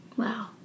Wow